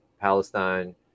Palestine